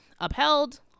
upheld